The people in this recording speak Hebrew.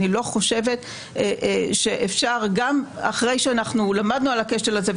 אני לא חושבת שאפשר גם אחרי שלמדנו על הכשל הזה,